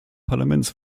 parlaments